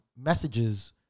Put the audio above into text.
messages